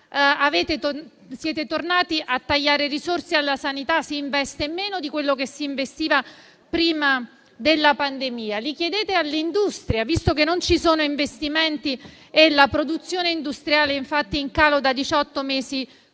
siete tornati a tagliare risorse alla sanità, dove si investe meno di quello che si investiva prima della pandemia. Li chiedete poi all'industria, visto che non ci sono investimenti e la produzione industriale è infatti in calo da diciotto